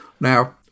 Now